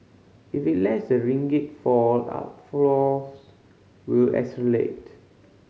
if it lets the ringgit fall outflows will accelerate